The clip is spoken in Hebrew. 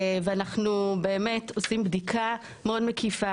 ואנחנו באמת עושים בדיקה מאוד מקיפה.